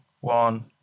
one